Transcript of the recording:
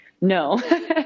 No